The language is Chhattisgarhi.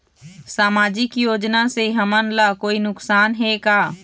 सामाजिक योजना से हमन ला कोई नुकसान हे का?